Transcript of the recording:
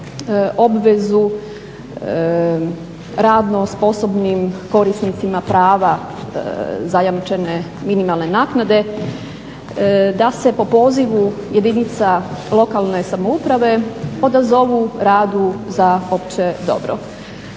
obvezu radno sposobnim korisnicima prava zajamčene minimalne naknade da se po pozivu jedinica lokalne samouprave odazovu radu za opće dobro.